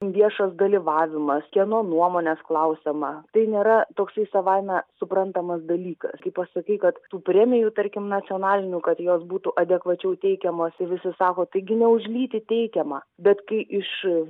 viešas dalyvavimas kieno nuomonės klausiama tai nėra toksai savaime suprantamas dalykas kai pasakai kad tų premijų tarkim nacionalinių kad jos būtų adekvačiau teikiamos visi sako taigi ne už lytį teikiama bet kai iš